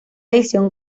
edición